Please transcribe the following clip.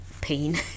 pain